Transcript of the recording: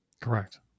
Correct